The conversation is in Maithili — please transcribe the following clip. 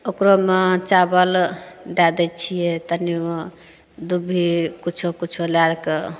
ओकरोमे चाबल दए दै छियै तनी गो दुभी किछु किछु लएआर कऽ